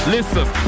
Listen